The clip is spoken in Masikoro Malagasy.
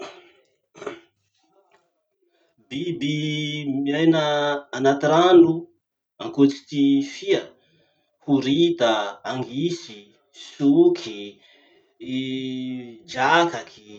Biby miaina anaty rano ankoatsy ty fia. Horita, angisy, soky, i drakaky.